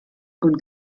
und